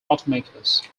automakers